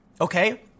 okay